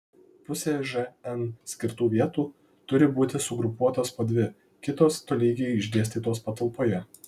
pusė žn skirtų vietų turi būti sugrupuotos po dvi kitos tolygiai išdėstytos patalpoje